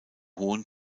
hohen